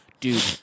Dude